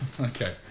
Okay